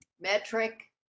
metric